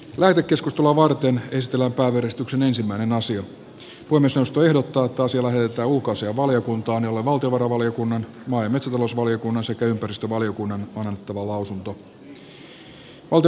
lähetekeskustelua varten pistellä porrastuksen ensimmäinen puhemiesneuvosto ehdottaa että asia lähetetään ulkoasiainvaliokuntaan jolle valtiovarainvaliokunnan maa ja metsätalousvaliokunnan sekä ympäristövaliokunnan on annettava lausunto